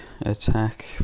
attack